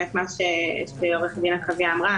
כפי שעורכת הדין עקביה אמרה,